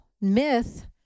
myth